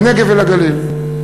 לנגב ולגליל.